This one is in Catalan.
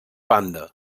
banda